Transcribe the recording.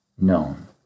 known